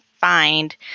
find